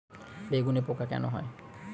বেগুনে পোকা কেন হয়?